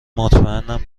مطمئنم